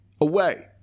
away